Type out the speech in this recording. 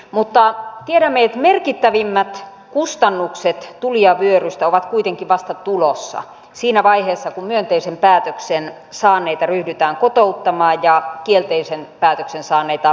mutta tiedämme että merkittävimmät kustannukset tulijavyörystä ovat kuitenkin vasta tulossa siinä vaiheessa kun myönteisen päätöksen saaneita ryhdytään kotouttamaan ja kielteisen päätöksen saaneita palauttamaan